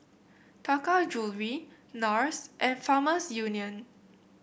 Taka Jewelry NARS and Farmers Union